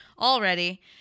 already